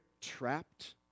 trapped